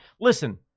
Listen